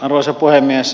arvoisa puhemies